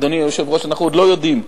אנחנו עוד לא יודעים,